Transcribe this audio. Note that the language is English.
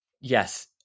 yes